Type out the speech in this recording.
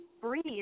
breathe